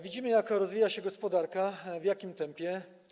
Widzimy, jak rozwija się gospodarka, w jakim tempie.